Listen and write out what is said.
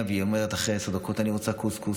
ואחרי עשר דקות אמרה: אני רוצה קוסקוס.